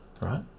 right